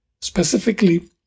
Specifically